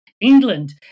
England